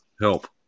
help